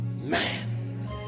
man